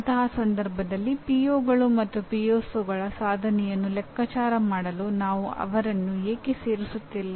ಅಂತಹ ಸಂದರ್ಭದಲ್ಲಿ ಪಿಒಗಳು ಸಾಧನೆಯನ್ನು ಲೆಕ್ಕಾಚಾರ ಮಾಡಲು ನಾವು ಅವರನ್ನು ಏಕೆ ಸೇರಿಸುತ್ತಿಲ್ಲ